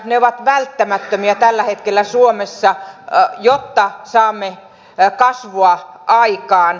ne ovat välttämättömiä tällä hetkellä suomessa jotta saamme kasvua aikaan